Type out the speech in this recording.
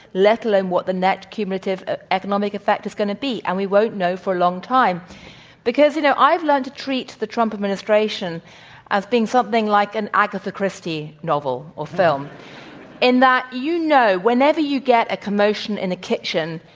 let alone what the net cumulative economic effect is going to be. and we won't know for a long time because, you know, i've learned to treat the trump administration as being something like an agatha christie novel or film in that you know, whenever you get a commotion in the kitchen,